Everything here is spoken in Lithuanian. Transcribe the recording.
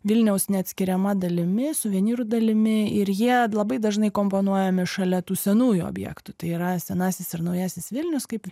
vilniaus neatskiriama dalimi suvenyrų dalimi ir jie labai dažnai komponuojami šalia tų senųjų objektų tai yra senasis ir naujasis vilnius kaip